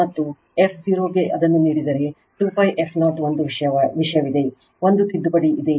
ಮತ್ತು f0 ಗೆ ಇದನ್ನು ನೀಡಿದರೆ 2π f0 ಒಂದು ವಿಷಯವಿದೆ ಒಂದು ತಿದ್ದುಪಡಿ ಇದೆ